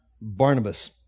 Barnabas